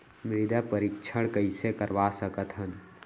मृदा परीक्षण कइसे करवा सकत हन?